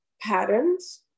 patterns